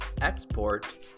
export